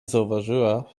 zauważyła